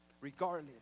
regardless